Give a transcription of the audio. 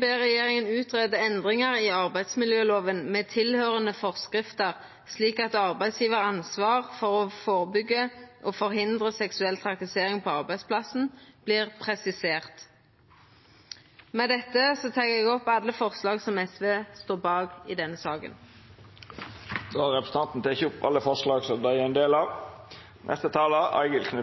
ber regjeringen utrede endringer i arbeidsmiljøloven med tilhørende forskrifter slik at arbeidsgivers ansvar for å forebygge og forhindre seksuell trakassering på arbeidsplassen blir presisert.» Med det tek eg opp alle dei forslaga i denne saka som SV er ein del av. Då har representanten Solfrid Lerbrekk teke opp alle dei forslaga som SV er ein del